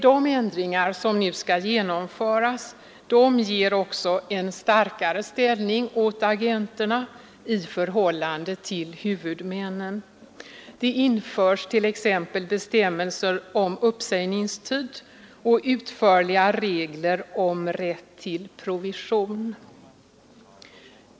De ändringar som nu skall genomföras ger också en starkare ställning åt agenterna i förhållande till huvudmännen. Det införs t.ex. bestämmelser om uppsägningstid och utförliga regler om rätt till provision.